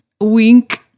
Wink